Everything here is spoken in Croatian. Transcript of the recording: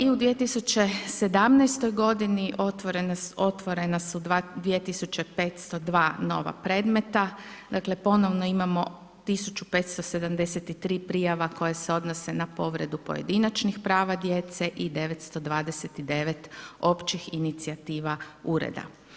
I u 2017. godini otvorena su 2502 nova predmeta, dakle ponovno imamo 1573 prijava koje se odnose na povredu pojedinačnih prava djece i 929 općih inicijativa ureda.